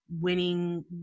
winning